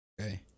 Okay